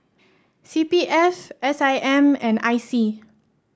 C P F S I M and I C